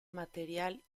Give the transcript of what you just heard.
material